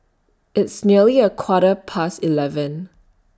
its nearly A Quarter Past eleven